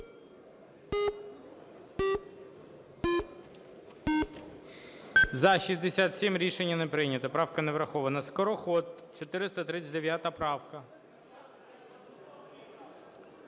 За-67 Рішення не прийнято, правка не врахована. Скороход, 439 правка.